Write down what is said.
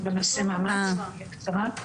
אנסה להיות קצרה.